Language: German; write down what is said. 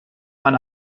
man